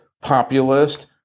populist